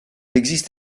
existe